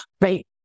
right